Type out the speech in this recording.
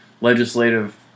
legislative